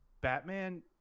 Batman